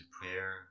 prayer